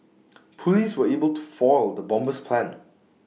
Police were able to foil the bomber's plans